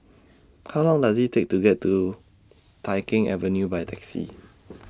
How Long Does IT Take to get to Tai Keng Avenue By Taxi